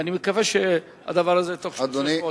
ואני מקווה שהדבר הזה ייפתר בתוך שלושה שבועות.